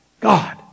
God